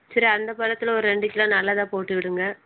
சரி அந்த பழத்தில் ஒரு ரெண்டு கிலோ நல்லதா போட்டு விடுங்கள்